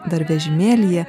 dar vežimėlyje